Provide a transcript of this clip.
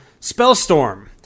Spellstorm